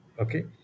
Okay